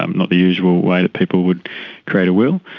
um not the usual way that people would create a will.